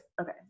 Okay